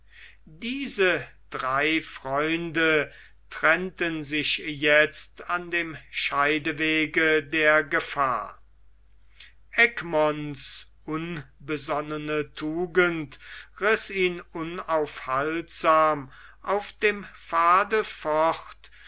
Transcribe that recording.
diese drei freunde trennten sich jetzt an dem scheidewege der gefahr egmonts unbesonnene tugend riß ihn unaufhaltsam auf dem pfade fort